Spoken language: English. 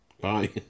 Bye